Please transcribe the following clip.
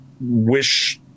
wish